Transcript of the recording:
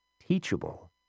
Teachable